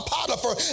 Potiphar